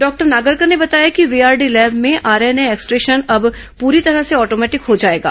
doctor Nagarkar ने बताया कि वीआरडी लैब में आरएनए एक्स्ट्रेशन अब पूरी तरह से ऑटोमेटिक हो जाएगा